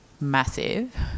massive